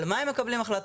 על מה הם מקבלים החלטה,